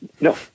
no